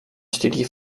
studie